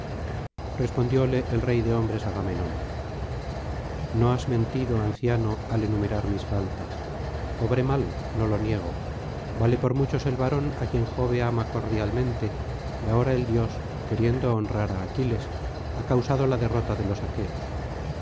respondióle el rey de hombres agamenón no has mentido anciano al enumerar mis faltas obré mal no lo niego vale por muchos el varón á quien jove ama cordialmente y ahora el dios queriendo honrar á aquiles ha causado la derrota de los aqueos